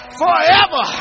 forever